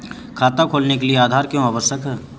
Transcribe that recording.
खाता खोलने के लिए आधार क्यो आवश्यक है?